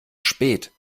spät